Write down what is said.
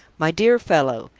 my dear fellow,